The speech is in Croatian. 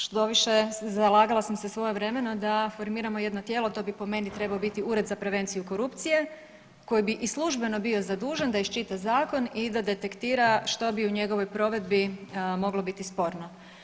Štoviše zalagala sam se svojevremeno da formiramo jedno tijelo, to bi po meni trebao biti ured za prevenciju korupcije koji bi i službeno bio zadužen da iščita zakon i da detektira što bi u njegovoj provedbi moglo biti sporno.